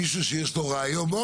מישהו שיש לו רעיון?